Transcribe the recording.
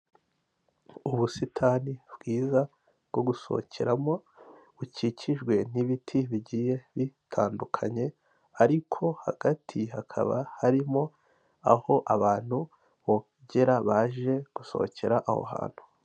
Ubusitani bwiza bwo gusohokeramo bukikijwe n'ibiti bigiye bitandukanye ariko hagati hakaba harimo aho abantu bogera baje gusohokera aho hantu .